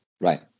right